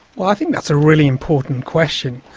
i think that's a really important question.